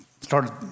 started